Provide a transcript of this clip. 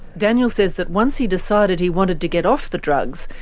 daniel says that once he decided he wanted to get off the drugs,